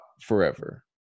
forever